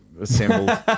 assembled